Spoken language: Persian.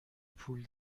پول